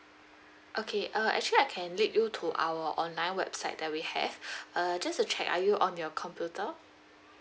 okay uh actually I can lead you to our online website that we have err just to check are you on your computer